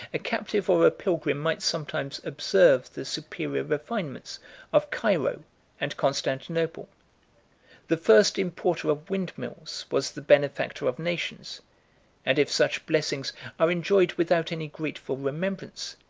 a captive or a pilgrim might sometimes observe the superior refinements of cairo and constantinople the first importer of windmills was the benefactor of nations and if such blessings are enjoyed without any grateful remembrance,